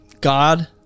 God